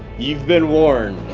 you've been warned.